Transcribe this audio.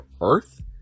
Earth